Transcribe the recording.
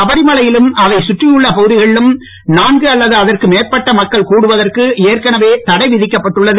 சபரிமலையிலும் அதைச் கற்றியுள்ள பகுதிகளிலும் அல்லது அதற்கு மேற்பட்ட மக்கள் கூடுவதற்கு ஏற்கனவே தடை விதிக்கப்பட்டு உள்ளது